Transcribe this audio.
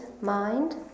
mind